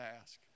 ask